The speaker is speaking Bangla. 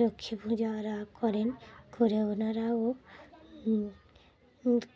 লক্ষ্মী পূজা ওরা করেন করে ওনারাও